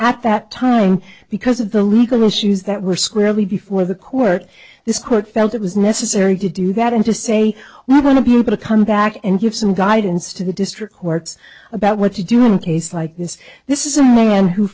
at that time because of the legal issues that were square before the court this court felt it was necessary to do that and to say we're not going to be able to come back and give some guidance to the district courts about what to do in cases like this this is a man who